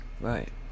Right